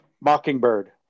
Mockingbird